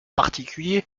particuliers